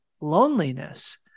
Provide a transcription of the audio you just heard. loneliness